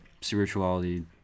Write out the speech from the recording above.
Spirituality